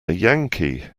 yankee